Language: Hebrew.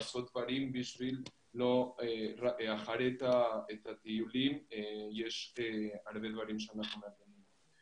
לעשות דברים כי אחרי הטיולים יש הרבה דברים שאנחנו מבינים.